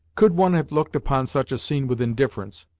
could one have looked upon such a scene with indifference,